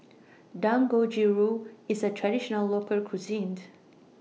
Dangojiru IS A Traditional Local Cuisine